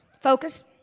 Focus